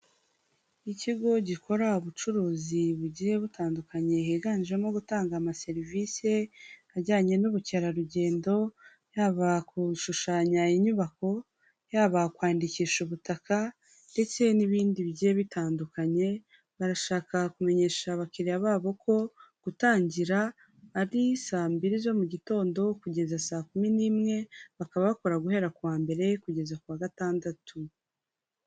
Ikigo gikora ubucuruzi bugiye butandukanye higanjemo gutanga ama serivisi ajyanye n'ubukerarugendo, yaba ku gushushanya inyubako, yaba kwandikisha ubutaka, ndetse n'ibindi bigiye bitandukanye, barashaka kumenyesha abakiriya babo ko gutangira ari saa mbiri zo mu gitondo kugeza saa kumi n'imwe, bakaba bakora guhera ku wa mbere kugeza ku wa gatandatu.